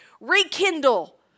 Rekindle